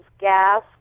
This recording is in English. gas